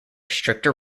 stricter